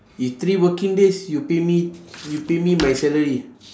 if three working days you pay me you pay me my salary